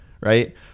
Right